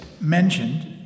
mentioned